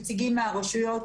נציגים מהרשויות,